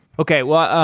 okay. well,